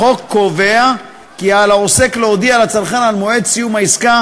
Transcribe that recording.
החוק קובע כי על העוסק להודיע לצרכן על מועד סיום העסקה